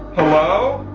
hello?